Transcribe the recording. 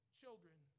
children